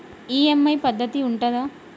EMI పద్ధతి ఉంటదా?